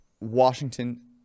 Washington